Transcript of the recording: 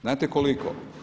Znate koliko?